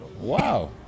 Wow